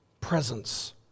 presence